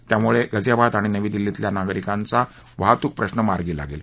त्यामुळे गाजियाबाद आणि नवी दिल्लीतल्या नागरिकांचा वाहतूक प्रश्न मार्गी लागेल